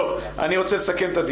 אני רוצה לסכם.